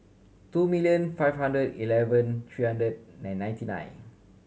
two milllion five hundred eleven three hundred nine ninety nine